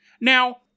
Now